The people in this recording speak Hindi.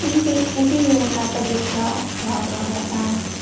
इनके इसीलिए उनका तबियत थोड़ा खराब वराब रहता है